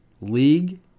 League